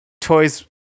toys